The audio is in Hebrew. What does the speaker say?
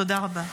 תודה רבה.